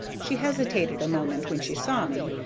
she hesitated a moment when she saw me,